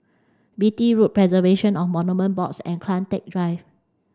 Beatty Road Preservation of Monuments Board and Kian Teck Drive